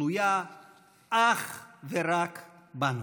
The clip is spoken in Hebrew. תלויה אך ורק בנו: